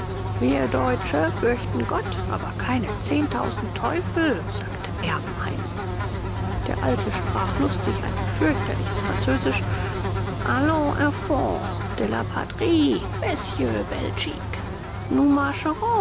wir deutsche fürchten gott aber keine zehntausend teufel sagte erbenheim der alte sprach lustig ein fürchterliches französisch allons enfants de la patrie monsieur